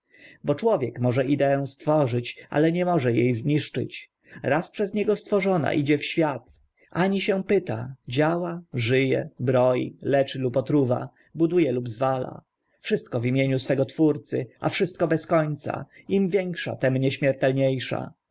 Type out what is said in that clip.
bo człowiek może ideę stworzyć ale nie może e zniszczyć raz przez niego stworzona idzie w świat ani się pyta działa ży e broi leczy lub otruwa budu e lub zwala wszystko w imieniu swego twórcy a wszystko bez końca im większa tym nieśmiertelnie sza